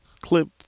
clip